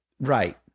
Right